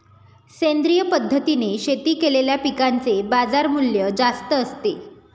सेंद्रिय पद्धतीने शेती केलेल्या पिकांचे बाजारमूल्य जास्त असते